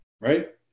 Right